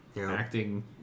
acting